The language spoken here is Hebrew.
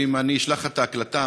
ואם אני אשלח את ההקלטה,